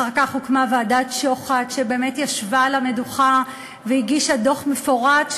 אחר כך הוקמה ועדת שוחט שישבה על המדוכה והגישה דוח מפורט,